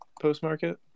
post-market